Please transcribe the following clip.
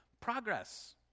progress